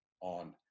on